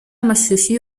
amashyushyu